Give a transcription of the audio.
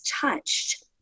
touched